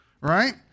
right